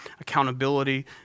accountability